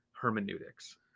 hermeneutics